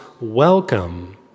welcome